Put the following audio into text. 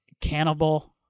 Cannibal